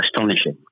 astonishing